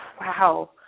wow